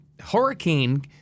hurricane